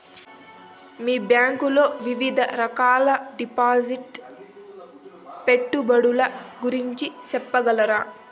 మీ bank లో వివిధ రకాల డిపాసిట్స్, పెట్టుబడుల గురించి సెప్పగలరా?